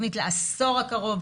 תוכנית לעשור הקרוב,